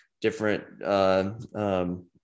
different